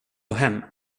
hem